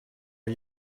are